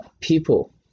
people